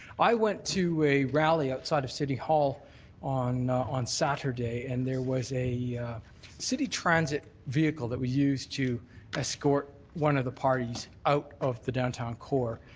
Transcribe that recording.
i went to a rally outside of city hall on on saturday, and there was a city transit vehicle that we used to escort one of the parties out of the downtown core.